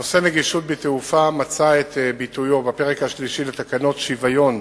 נושא נגישות בתעופה מצא את ביטויו בפרק השלישי לתקנות שוויון